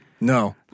no